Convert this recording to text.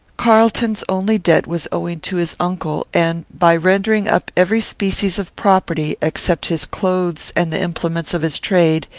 carlton's only debt was owing to his uncle, and, by rendering up every species of property, except his clothes and the implements of his trade,